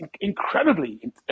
incredibly